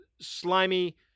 slimy